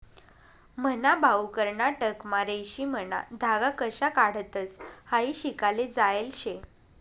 मन्हा भाऊ कर्नाटकमा रेशीमना धागा कशा काढतंस हायी शिकाले जायेल शे